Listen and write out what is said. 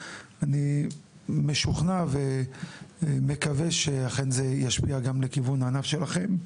אני משוכנע ומקווה שאכן זה ישפיע גם לכיוון הענף שלכם.